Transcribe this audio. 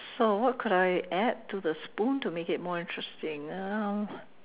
so what could I add to the spoon to make it more interesting um